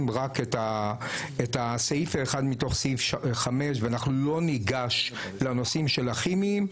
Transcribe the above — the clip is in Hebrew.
רק את הסעיף האחד מתוך סעיף 5 ואנחנו לא ניגש לנושאים של הכימיים.